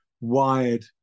wired